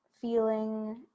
feeling